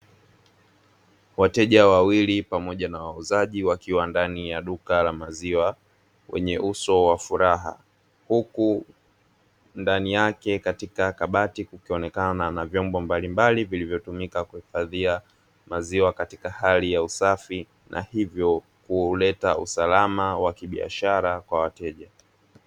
Wateja wawili pamoja na wauzaji wakiwa ndani ya duka wenye uso wa furaha huku ndani yake katika kabati, kukionekana na vyombo mbalimbali vilivyotumika kuhifadhia maziwa katika hali ya usafi na hivyo kuleta usalama wa kibiashara kwa wateja.